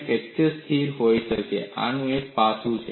fracture સ્થિર હોઈ શકે છે આ એક પાસું છે